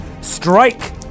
strike